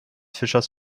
fischers